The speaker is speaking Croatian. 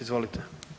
Izvolite.